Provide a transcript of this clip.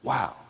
Wow